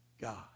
God